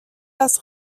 das